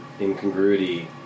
incongruity